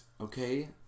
Okay